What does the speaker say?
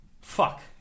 fuck